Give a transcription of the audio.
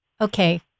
Okay